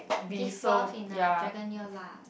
give birth in a dragon year lah